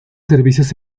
servicios